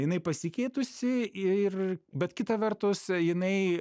jinai pasikeitusi ir bet kita vertus jinai